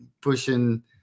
pushing